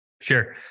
Sure